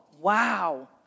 wow